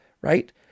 right